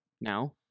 now